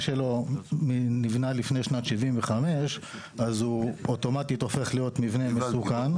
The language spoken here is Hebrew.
שלו נבנה לפני שנת 75' הוא אוטומטית הופך להיות מבנה מסוכן.